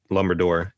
Lumberdor